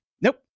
Nope